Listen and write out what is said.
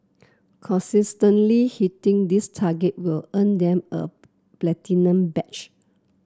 consistently hitting this target will earn them a platinum badge